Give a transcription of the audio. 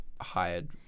hired